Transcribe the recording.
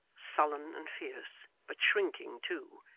sullen and fierce, but shrinking too,